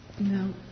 No